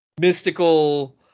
mystical